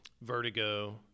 Vertigo